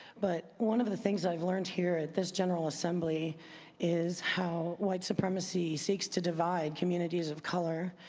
but one of the things i've learned here at this general assembly is how white supremacy seeks to divide communities of color.